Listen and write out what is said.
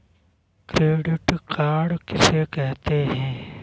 Credit card किसे कहते हैं?